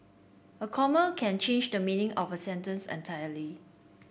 a comma can change the meaning of a sentence entirely